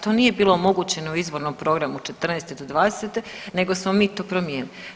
To nije bilo omogućeno u izbornom programu od '14. do '20. nego smo mi to promijenili.